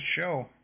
show